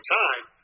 time